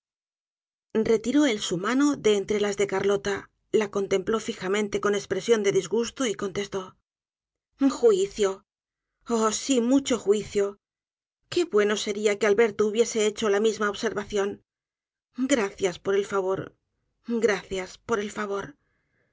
retiró él su mano de entre las de carlota la contempló fijamente con espresion de disgusto y contestó juicio oh sí mucho juicio qué bueno seria que alberto hubiese hecho la misma observación gracias por el favor gracias por el favor